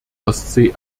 ostsee